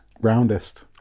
Roundest